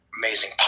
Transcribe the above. Amazing